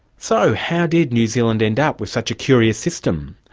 so, how did new zealand end up with such a curious system?